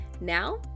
Now